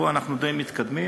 פה אנחנו די מתקדמים,